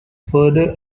further